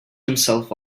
himself